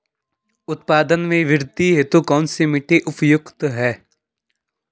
उत्पादन में वृद्धि हेतु कौन सी मिट्टी उपयुक्त है?